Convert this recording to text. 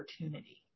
opportunity